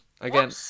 Again